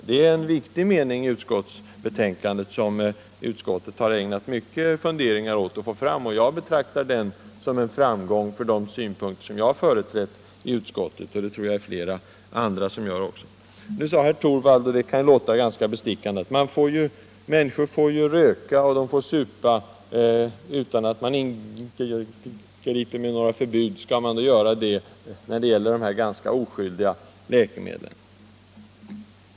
Det är en viktig mening i utskottets betänkande som har ägnats många funderingar. Jag betraktar den som en framgång för de synpunkter jag har företrätt i utskottet, och det tror jag andra gör också. Herr Torwald sade, och det kan låta ganska bestickande, att människor får röka och supa utan att man ingriper med förbud. Skall man då göra det när det gäller dessa ganska oskyldiga läkemedel?